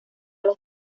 los